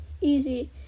Easy